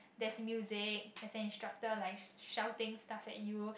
there's music there's an instructor like shouting stuff at you